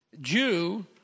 Jew